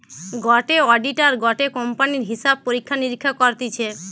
গটে অডিটার গটে কোম্পানির হিসাব পরীক্ষা নিরীক্ষা করতিছে